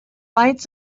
lights